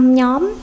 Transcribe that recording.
nhóm